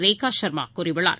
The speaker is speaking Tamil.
ரேகாசர்மாகூறியுள்ளார்